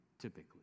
typically